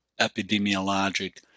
epidemiologic